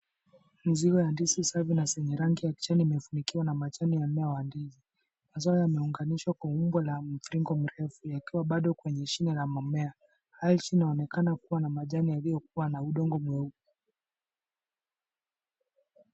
Mzigo wa ndiz safi na zenya rangi kijani imefunikiwa na majani ya mmea wa ndizi. Mazao yameunganishwa kwa umbo la mviringo mrefu yakiwa bado kwenye shine la mmea. Ardhi inaonekana kubwa majani yaliyokuwa na udongo mweupe.